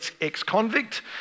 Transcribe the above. ex-convict